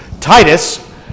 Titus